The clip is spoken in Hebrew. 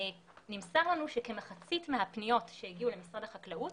נמסר לנו שכמחצית מהפניות שהגיעו למשרד החקלאות